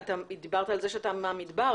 אתה דיברת על זה שאתה מהמדבר.